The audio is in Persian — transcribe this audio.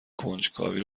کنجکاوی